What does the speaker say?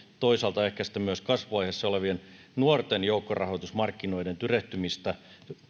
toisaalta ehkäistä myös kasvuvaiheessa olevien nuorten joukkorahoitusmarkkinoiden tyrehtymistä